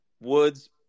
Woods